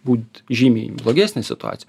būt žymiai blogesnė situacija